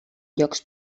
llocs